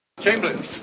Chamberlain